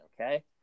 okay